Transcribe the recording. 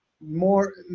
More